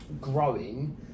growing